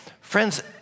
Friends